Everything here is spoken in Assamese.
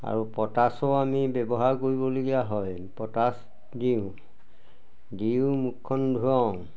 আৰু পটাছো আমি ব্যৱহাৰ কৰিবলগীয়া হয় পটাছ দিওঁ দিও মুখখন ধুৱাওঁ